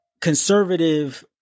conservative